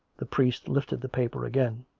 the priest lifted the paper again.